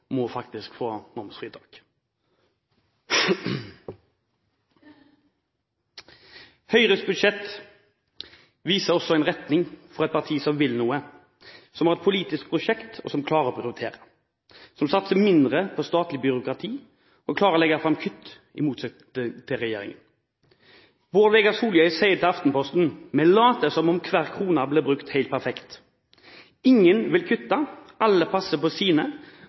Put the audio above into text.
må få momsfritak. Høyres budsjett viser også en retning fra et parti som vil noe, som har et politisk prosjekt, og som klarer å prioritere, som satser mindre på statlig byråkrati og klarer å legge fram kutt, i motsetning til regjeringen. Bård Vegar Solhjell sier til Aftenposten: «Vi later som om hver krone blir brukt helt perfekt.» Ingen vil kutte, alle passer på sine